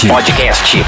Podcast